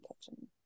kitchen